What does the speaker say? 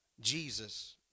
Jesus